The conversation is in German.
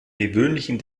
gewöhnlichen